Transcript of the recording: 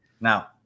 Now